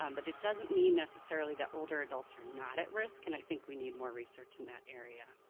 um but it doesn't mean necessarily that older adults are not at risk and i think we need more research in that area.